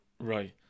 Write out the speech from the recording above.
Right